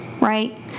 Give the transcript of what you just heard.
Right